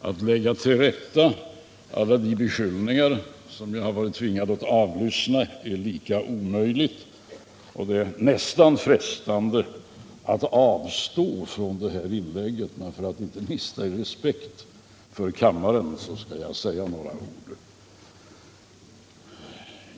Att lägga till rätta alla de beskyllningar jag har tvingats avlyssna är lika omöjligt. Det är nästan frestande att avstå från detta inlägg, men för att inte mista i respekt för kammaren skall jag ändå säga några ord.